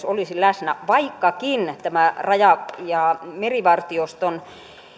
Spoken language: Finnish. olisi läsnä vaikkakin tämä raja ja merivartioston